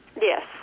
Yes